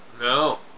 No